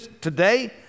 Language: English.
today